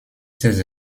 ses